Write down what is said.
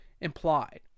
implied